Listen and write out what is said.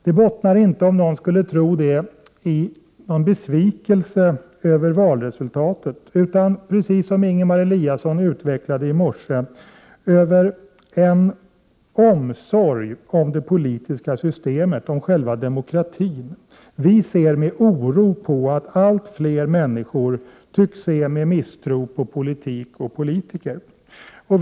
Det bottnar inte, om någon skulle tro det, i någon besvikelse över valresultatet, utan i det som Ingemar Eliasson utvecklade i morse: vår omsorg om det politiska systemet, om själva demokratin. Vi ser med oro på att allt fler människor tycks betrakta politik och politiker med misstro.